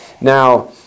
Now